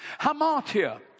hamartia